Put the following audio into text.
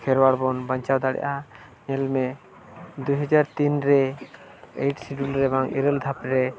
ᱠᱷᱮᱨᱣᱟᱲ ᱵᱚᱱ ᱵᱟᱧᱪᱟᱣ ᱫᱟᱲᱮᱭᱟᱜᱼᱟ ᱧᱮᱞᱢᱮ ᱫᱩ ᱦᱟᱡᱟᱨ ᱛᱤᱱ ᱨᱮ ᱮᱭᱤᱴ ᱥᱤᱰᱩᱞ ᱨᱮ ᱵᱟᱝ ᱤᱨᱟᱹᱞ ᱫᱷᱟᱯ ᱨᱮ